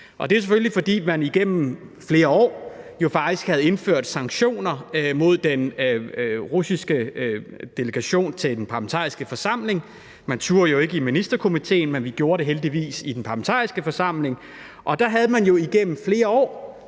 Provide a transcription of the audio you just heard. Det er selvfølgelig, fordi man igennem flere år jo faktisk havde indført sanktioner mod den russiske delegation til den parlamentariske forsamling. Man turde jo ikke i Ministerkomiteen, men vi gjorde det heldigvis i den parlamentariske forsamling. Der havde man jo igennem flere år